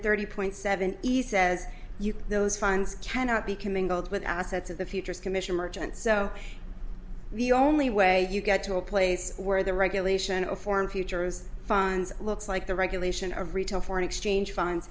thirty point seven easy as you keep those funds cannot be coming gold with assets of the futures commission merchant so the only way you get to a place where the regulation of form futures funds looks like the regulation of retail foreign exchange fin